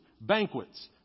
banquets